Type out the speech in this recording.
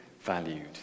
valued